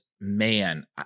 man